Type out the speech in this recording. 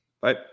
bye